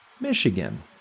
Michigan